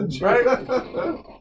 Right